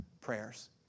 prayers